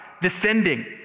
descending